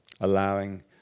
allowing